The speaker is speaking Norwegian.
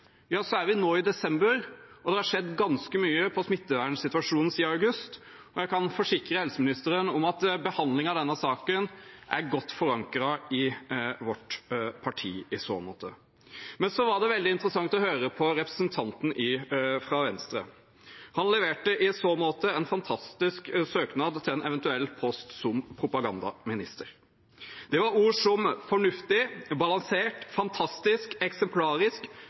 er nå i desember, og det har skjedd ganske mye i smittevernsituasjonen siden august. Jeg kan forsikre helseministeren om at behandlingen av denne saken er godt forankret i vårt parti i så måte. Det var veldig interessant å høre på representanten fra Venstre. Han leverte en fantastisk søknad til en eventuell post som propagandaminister. Det var ord som